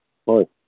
ꯍꯣꯏ